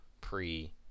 pre